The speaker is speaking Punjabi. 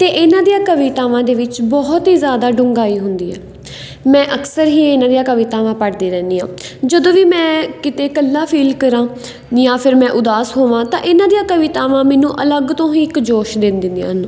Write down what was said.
ਅਤੇ ਇਹਨਾਂ ਦੀਆਂ ਕਵਿਤਾਵਾਂ ਦੇ ਵਿੱਚ ਬਹੁਤ ਹੀ ਜ਼ਿਆਦਾ ਡੂੰਗਾਈ ਹੁੰਦੀ ਹੈ ਮੈਂ ਅਕਸਰ ਹੀ ਇਹਨਾਂ ਦੀਆਂ ਕਵਿਤਾਵਾਂ ਪੜ੍ਹਦੀ ਰਹਿੰਦੀ ਹਾਂ ਜਦੋਂ ਵੀ ਮੈਂ ਕਿਤੇ ਇਕੱਲਾ ਫੀਲ ਕਰਾਂ ਜਾਂ ਫਿਰ ਮੈਂ ਉਦਾਸ ਹੋਵਾਂ ਤਾਂ ਇਹਨਾਂ ਦੀਆਂ ਕਵਿਤਾਵਾਂ ਮੈਨੂੰ ਅਲੱਗ ਤੋਂ ਹੀ ਇੱਕ ਜੋਸ਼ ਦੇ ਦਿੰਦੀਆਂ ਹਨ